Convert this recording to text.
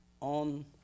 on